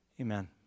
Amen